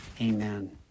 Amen